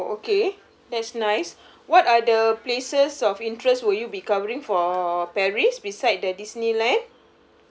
oh okay that's nice what are the places of interest will you be covering for paris beside the disneyland